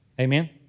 Amen